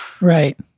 right